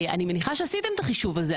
אני מניחה שעשיתם את החישוב הזה,